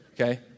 okay